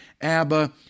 Abba